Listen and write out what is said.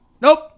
Nope